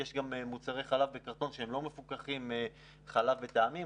יש גם מוצרי חלב בקרטון שהם לא מפוקחים כמו חלב בטעמים,